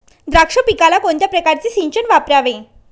द्राक्ष पिकाला कोणत्या प्रकारचे सिंचन वापरावे?